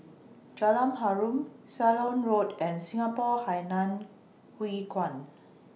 Jalan Harum Ceylon Road and Singapore Hainan Hwee Kuan